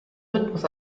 rhythmus